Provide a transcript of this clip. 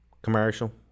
commercial